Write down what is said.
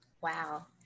Wow